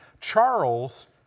Charles